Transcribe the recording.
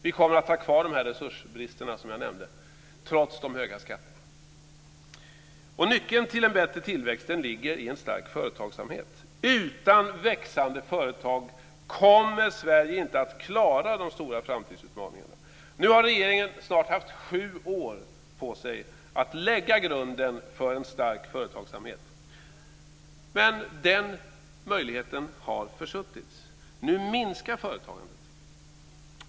Vi kommer att ha kvar de här resursbristerna som jag nämnde trots de höga skatterna. Nyckeln till en bättre tillväxt ligger i en stark företagsamhet. Utan växande företag kommer Sverige inte att klara de stora framtidsutmaningarna. Nu har regeringen snart haft sju år på sig att lägga grunden för en stark företagsamhet, men den möjligheten har försuttits. Nu minskar företagandet.